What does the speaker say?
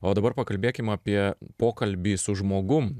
o dabar pakalbėkim apie pokalbį su žmogum